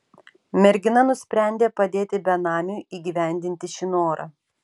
mergina nusprendė padėti benamiui įgyvendinti šį norą